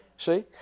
See